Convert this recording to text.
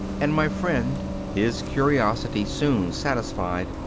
and my friend, his curiosity soon satisfied,